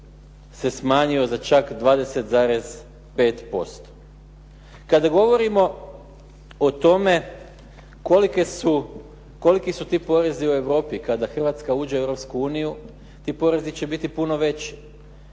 se smanjio za čak 20,5% Kada govorimo o tome koliki su ti porezi u Europi kada Hrvatska uđe u Europsku uniju ti porezi će biti puno veći.